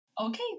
Okay